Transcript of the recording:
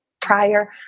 prior